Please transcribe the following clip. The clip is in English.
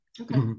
Okay